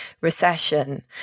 recession